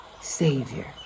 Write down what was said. Savior